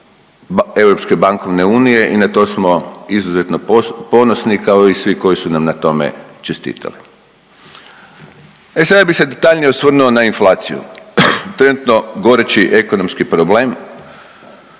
europske bankovne unije i na to smo izuzetno ponosni i kao svi koji su nam na tome čestitali. E sada bi se detaljnije osvrnuo na inflaciju. Trenutno goreći ekonomski problem,